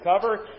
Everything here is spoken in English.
cover